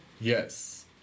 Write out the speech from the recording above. Yes